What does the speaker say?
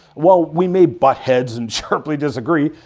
while we may butt heads and sharply disagree,